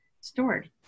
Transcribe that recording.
stored